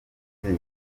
akaba